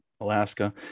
Alaska